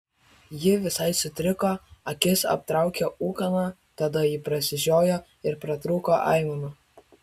ji visai sutriko akis aptraukė ūkana tada ji prasižiojo ir pratrūko aimana